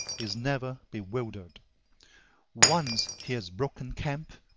is never bewildered once he has broken camp,